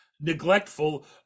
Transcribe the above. Neglectful